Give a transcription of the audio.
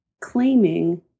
claiming